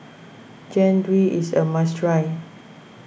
Jian Dui is a must try